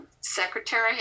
secretary